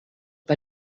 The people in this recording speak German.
bei